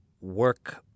work